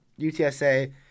UTSA